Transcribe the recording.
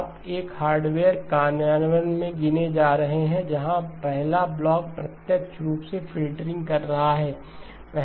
आप एक हार्डवेयर कार्यान्वयन में गिने जा रहे हैं जहां पहला ब्लॉक प्रत्यक्ष रूप फ़िल्टरिंग कर रहा है